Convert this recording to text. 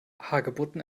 hagebutten